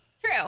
true